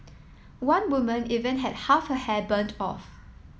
one woman even had half her hair burned off